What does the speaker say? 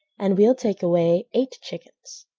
and we'll take away eight chickens.